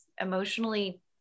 emotionally